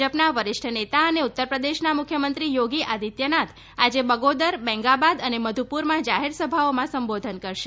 ભાજપના વરિષ્ઠ નેતા અને ઉત્તરપ્રદેશના મુખ્યમંત્રી યોગી આદિત્યનાથ આજે બગોદર બેંગાબાદ અને મધુપુરમાં જાહેર સભાઓમાં સંબોધન કરશે